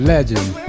Legend